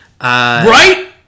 Right